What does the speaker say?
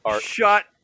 Shut